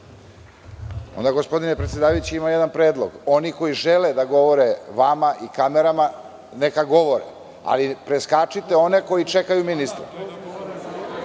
Gospodine predsedavajući, imam jedan predlog. Oni koji žele da govore vama i kamerama, neka govore, ali preskačite one koji čekaju ministra.